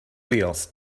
wheels